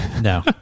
No